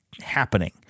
happening